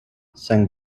saint